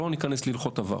לא ניכנס להלכות עבר.